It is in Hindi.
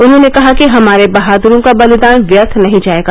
उन्होंने कहा कि हमारे बहाद्रों का बलिदान व्यर्थ नहीं जाएगा